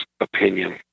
opinion